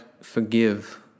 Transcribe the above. forgive